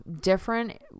different